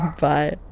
Bye